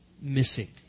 missing